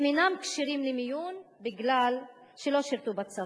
אינם כשירים למיון כי לא שירתו בצבא.